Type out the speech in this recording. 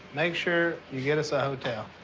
make sure you get us a hotel.